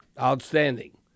outstanding